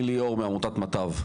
אני ליאור, מעמותת מטב.